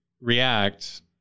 react